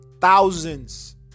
thousands